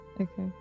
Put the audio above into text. okay